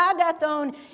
agathon